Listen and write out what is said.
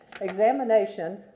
Examination